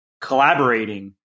collaborating